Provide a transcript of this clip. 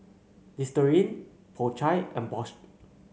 Listerine Po Chai and Bosch